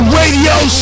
Radio